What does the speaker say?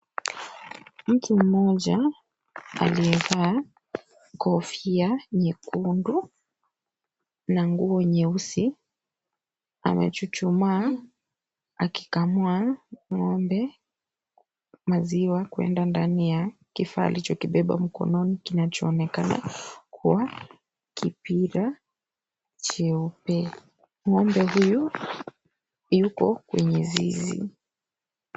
Mtu mmoja aliyevaa kofia nyekundu na nguo nyeusi, amechuchumaa akikamua n'gombe maziwa kuenda ndani ya kifaa alichokibeba mkononi kinachoonekana kuwa kipira cheupe, ng'ombe huyu yuko kwenye zizi.